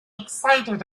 excited